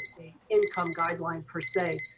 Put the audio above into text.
income guideline, per se.